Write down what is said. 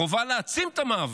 חובה להעצים את המאבק.